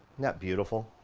that beautiful?